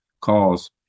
calls